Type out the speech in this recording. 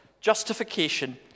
justification